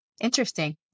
Interesting